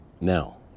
Now